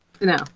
No